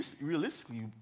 realistically